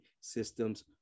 systems